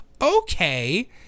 Okay